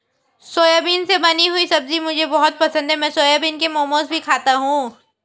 soybean से बनी हुई सब्जी मुझे बहुत पसंद है मैं सोयाबीन के मोमोज भी खाती हूं